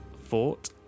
fort